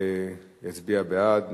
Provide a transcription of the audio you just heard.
יצביע בעד.